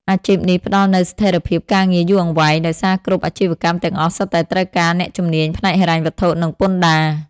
អាជីពនេះផ្តល់នូវស្ថិរភាពការងារយូរអង្វែង ដោយសារគ្រប់អាជីវកម្មទាំងអស់សុទ្ធតែត្រូវការអ្នកជំនាញផ្នែកហិរញ្ញវត្ថុ និងពន្ធដារ។